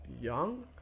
young